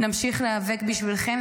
נמשיך להיאבק בשבילכם.